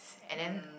and then